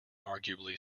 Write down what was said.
arguably